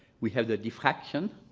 we have the diffraction